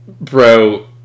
bro